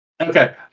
Okay